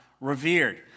revered